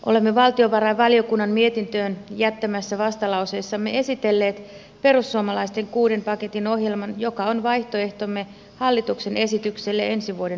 olemme valtiovarainvaliokunnan mietintöön jättämässä vastalauseessamme esitellyn perussuomalaisten kuuden paketin ohjelman joka on vaihtoehtomme hallituksen esitykselle ensi vuoden budjetista